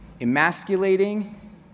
emasculating